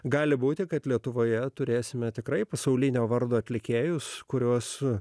gali būti kad lietuvoje turėsime tikrai pasaulinio vardo atlikėjus kuriuos